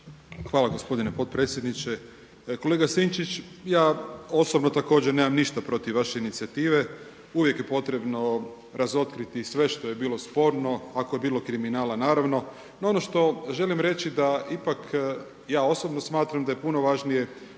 Hvala gospodine potpredsjedniče. Kolega Sinčić, ja osobno također nemam ništa protiv vaše inicijative, uvijek je potrebno razotkriti sve što je bilo sporno, ako je bilo kriminala naravno. No ono što želim reći da ipak, ja osobno smatram da je puno važnije